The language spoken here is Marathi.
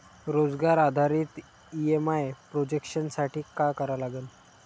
रोजगार आधारित ई.एम.आय प्रोजेक्शन साठी का करा लागन?